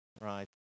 right